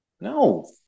No